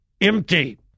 Empty